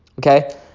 okay